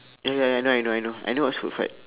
eh ya I know I know I know I know what's food fight